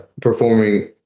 performing